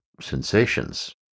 sensations